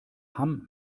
hamm